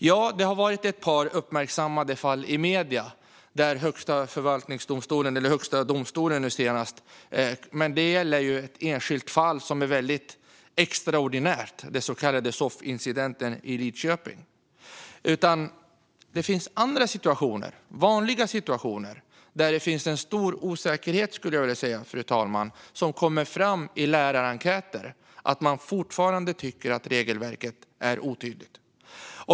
Ja, det har varit ett par uppmärksammade fall i medierna. Senast var det ett fall som var uppe i Högsta domstolen. Det var ett enskilt fall som var väldigt extraordinärt, den så kallade soffincidenten i Lidköping. Men det finns vanliga situationer där det finns stor osäkerhet. Det kommer fram i lärarenkäter att man fortfarande tycker att regelverket är otydligt.